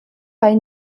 bei